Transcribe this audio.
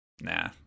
Nah